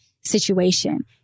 situation